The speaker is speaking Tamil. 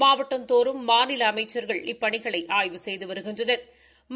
மாவட்டந்தோறும் மாநில அமைச்சர்கள் இப்பணிகளை ஆய்வு செய்து வருகின்றனா்